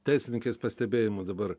teisininkės pastebėjimu dabar